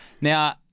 Now